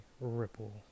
ripple